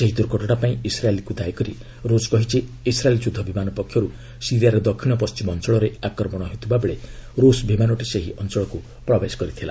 ଏହି ଦୁର୍ଘଟଣା ପାଇଁ ଇସ୍ରାଏଲ୍କୁ ଦାୟୀ କରି ରୁଷ କହିଛି ଇସ୍ରାଏଲ୍ ଯୁଦ୍ଧ ବିମାନ ପକ୍ଷରୁ ସିରିଆର ଦକ୍ଷିଣ ପଣ୍ଢିମ ଅଞ୍ଚଳରେ ଆକ୍ରମଣ ହେଉଥିବା ବେଳେ ରୁଷ ବିମାନଟି ସେହି ଅଞ୍ଚଳକୁ ପ୍ରବେଶ କରିଥିଲା